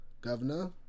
Governor